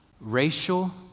racial